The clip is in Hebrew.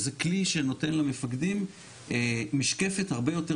וזה כלי שנותן למפקדים משקפת הרבה יותר